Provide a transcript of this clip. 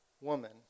Woman